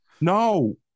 no